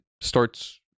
starts